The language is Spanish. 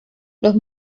los